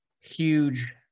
huge